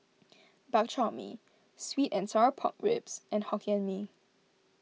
Bak Chor Mee Sweet and Sour Pork Ribs and Hokkien Mee